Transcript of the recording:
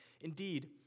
Indeed